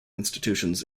institutions